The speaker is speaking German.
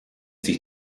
sich